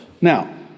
Now